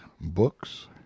books